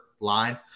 line